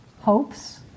hopes